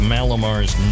Malamars